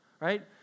right